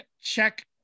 Check